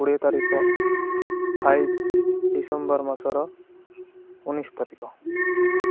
କୋଡ଼ିଏ ତାରିଖ five December ମାସର ଉଣେଇଶ ତାରିଖ